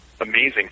amazing